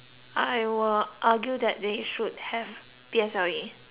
argue that they should have P_S_L_E